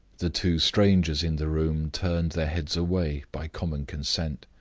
the two strangers in the room turned their heads away by common consent.